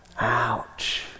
Ouch